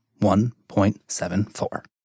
1.74%